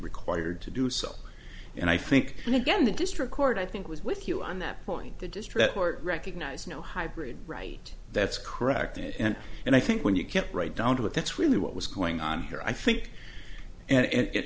required to do so and i think again the district court i think was with you on that point the district court recognized no hybrid right that's correct and and i think when you kept right down to it that's really what was going on here i think and